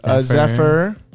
Zephyr